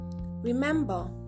remember